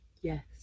yes